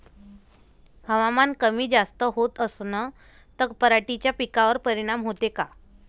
हवामान कमी जास्त होत असन त पराटीच्या पिकावर परिनाम होते का?